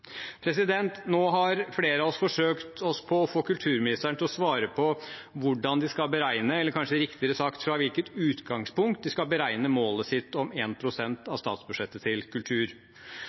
Nå har flere av oss forsøkt å få kulturministeren til å svare på hvordan de skal beregne, eller – kanskje riktigere sagt – fra hvilket utgangspunkt de skal beregne målet sitt om 1 pst. av statsbudsjettet til kultur.